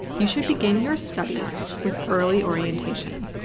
you should begin your studies with early orientation.